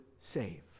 save